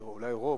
שאולי רוב,